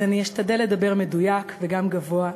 אז אני אשתדל לדבר מדויק, וגם גבוה,